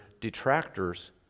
detractors